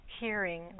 hearing